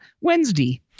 wednesday